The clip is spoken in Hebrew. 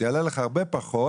זה יעלה לך הרבה פחות,